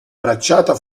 bracciata